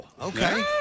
Okay